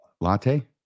Latte